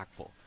impactful